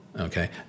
okay